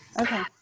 Okay